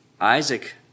Isaac